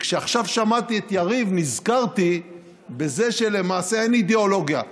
וכשעכשיו שמעתי את יריב נזכרתי בזה שלמעשה אין אידיאולוגיה.